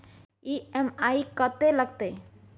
EMI कत्ते लगतै?